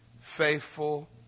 faithful